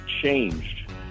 changed